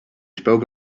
spoke